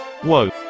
Whoa